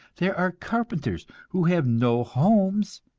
there are carpenters who have no homes,